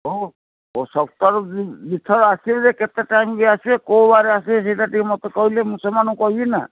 ଓ ଓ ସପ୍ତାହକୁ ଦୁଇଥର ଆସିବେ ଯେ କେତେ ଟାଇମ୍ ବି ଆସିବେ କେଉଁ ବାର ଆସିବେ ସେଇଟା ଟିକେ ମୋତେ କହିଲେ ମୁଁ ସେମାନଙ୍କୁ କହିବି ନା